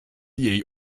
jej